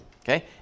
Okay